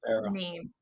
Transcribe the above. name